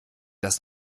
das